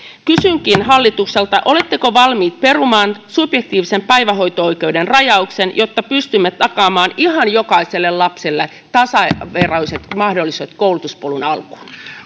kysynkin hallitukselta oletteko valmiit perumaan subjektiivisen päivähoito oikeuden rajauksen jotta pystymme takaamaan ihan jokaiselle lapselle tasaveroiset mahdollisuudet koulutuspolun alkuun